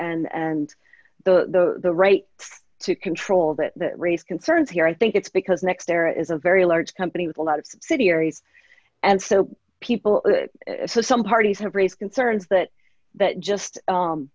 and the right to control that raise concerns here i think it's because next there is a very large company with a lot of subsidiaries and so people so some parties have raised concerns that that just